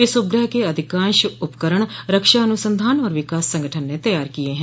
इस उपग्रह के अधिकांश उपकरण रक्षा अनुसंधान और विकास संगठन ने तैयार किये हैं